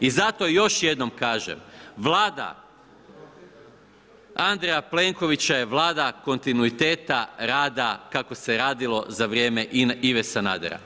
I zato još jednom kažem, Vlada Andreja Plenkovića je Vlada kontinuiteta rada kako se radilo za vrijeme Ive Sanadera.